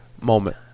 moment